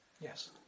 Yes